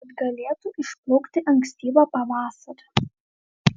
kad galėtų išplaukti ankstyvą pavasarį